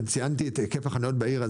ציינתי את היקף החניות בעיר.